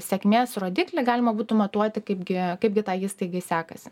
sėkmės rodiklį galima būtų matuoti kaipgi kaipgi tai įstaigai sekasi